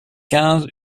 quinze